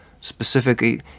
Specifically